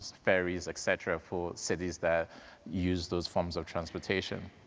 ferries, et cetera for cities that use those forms of transportation.